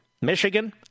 Michigan